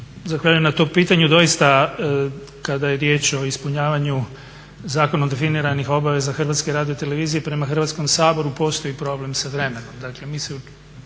Zahvaljujem na tom pitanju. Doista kada je riječ o ispunjavanju zakonom definiranih obaveza HRT-a prema Hrvatskom saboru postoji problem sa vremenom.